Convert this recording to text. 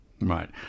Right